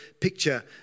picture